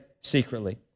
secretly